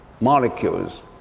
molecules